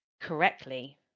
correctly